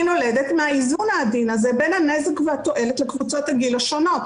היא נולדת מהאיזון העדין הזה בין הנזק והתועלת לקבוצות הגיל השונות,